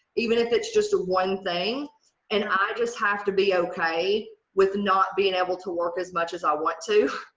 even if it's just a one thing and i just have to be okay with not being able to work as much as i want to.